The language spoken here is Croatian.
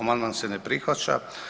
Amandman se ne prihvaća.